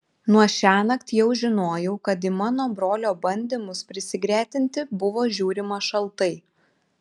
nuo šiąnakt jau žinojau kad į mano brolio bandymus prisigretinti buvo žiūrima šaltai